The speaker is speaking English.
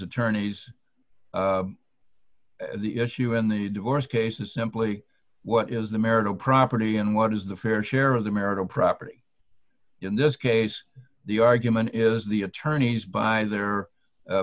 attorneys the issue in the divorce cases simply what is the marital property and what is the fair share of the marital property in this case the argument is the attorneys by their